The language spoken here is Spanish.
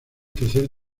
tercer